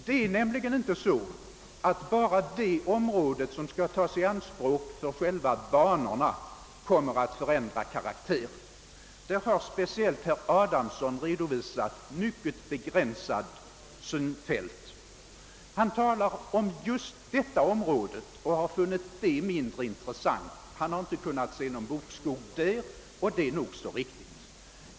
Det är inte så, att bara det område som skall tas i anspråk för själva banorna kommer att förändra karaktär. På den punkten har speciellt herr Adamsson redovisat ett mycket begränsat synsätt. Han talar om området för banorna och har funnit det mindre intressant. Han har inte kunnat se någon bokskog där, och det är nog så riktigt.